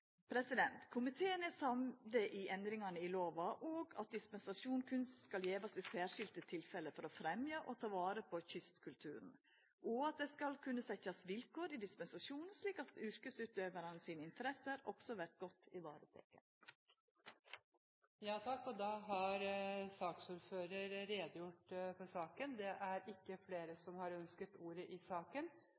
Komiteen er samd i endringane i lova, i at dispensasjon berre skal gjevast i særskilde tilfelle for å fremja og ta vare på kystkulturen, og i at det skal kunna setjast vilkår i dispensasjonen, slik at interessene til yrkesutøvarane også vert godt varetekne. Flere har ikke bedt om ordet til sak nr. 3. Saksordføreren, Frank Bakke-Jensen, er